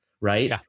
right